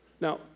Now